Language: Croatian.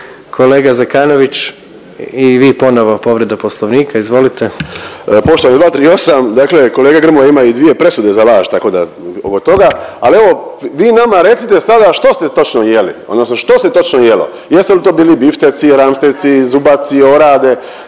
Kolega Zekanović i vi ponovno povreda Poslovnika, izvolite. **Zekanović, Hrvoje (HDS)** Poštovani 238. Dakle, kolega Grmoja ima i dvije presude za laž, tako da oko toga. Ali evo vi nama recite sada što ste točno jeli, odnosno što se točno jelo? Jesu li to bili bifteci, ramsteci, zubaci, orade?